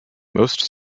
most